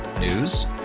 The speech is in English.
News